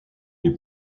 est